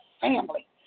family